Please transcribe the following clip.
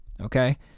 Okay